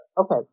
Okay